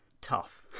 tough